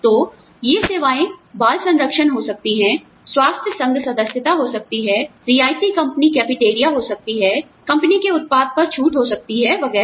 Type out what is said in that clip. तो ये सेवाएं बाल संरक्षण हो सकती हैं स्वास्थ्य संघ सदस्यता हो सकती हैं रियायती कंपनी कैफेटेरिया हो सकती है कंपनी के उत्पाद पर छूट हो सकती है वगैरह